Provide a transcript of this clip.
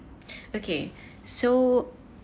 okay so